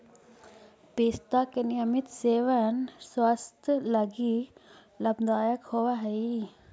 पिस्ता के नियमित सेवन स्वास्थ्य लगी लाभदायक होवऽ हई